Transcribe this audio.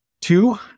two